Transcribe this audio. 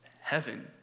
heaven